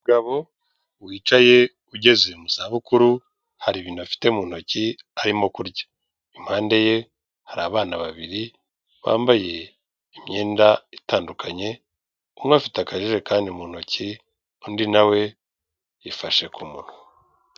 Umugabo wicaye ugeze mu zabukuru, hari ibintu afite mu ntoki arimo kurya. Impande ye hari abana babiri, bambaye imyenda itandukanye, umwe afite akajerekani mu ntoki, undi nawe we yifashe ku munwa.